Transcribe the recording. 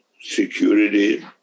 security